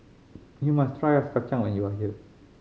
you must try ice kacang when you are here